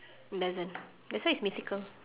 doesn't that's why it's mythical